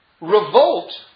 revolt